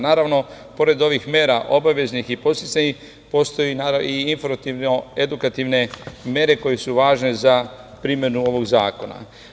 Naravno, pored ovih mera obaveznih i podsticajnih, postoje i informativno-edukativne mere koje su važne za primenu ovog zakona.